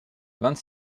vingt